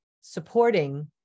supporting